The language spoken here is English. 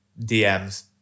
DMs